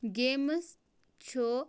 games چھُ